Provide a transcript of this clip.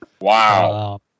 Wow